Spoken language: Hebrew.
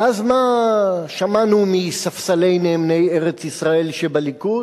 ואז מה שמענו מספסלי נאמני ארץ-ישראל שבליכוד?